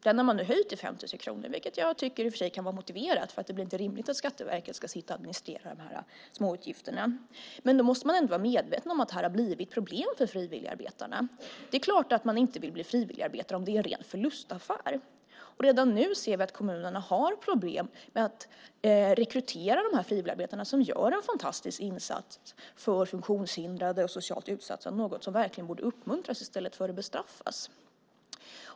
Den har man nu höjt till 5 000 kronor, vilket jag i och för sig tycker kan vara motiverat. Det är inte rimligt att Skatteverket ska sitta och administrera småutgifterna. Men man måste ändå vara medveten om att det har blivit ett problem för frivilligarbetarna. Det är klart att man inte vill bli frivilligarbetare om det är en förlustaffär. Redan nu ser vi att kommunerna har problem att rekrytera dessa frivilligarbetare som gör en fantastisk insats för funktionshindrade och socialt utsatta. Det är något som verkligen borde uppmuntras i stället för att bestraffas.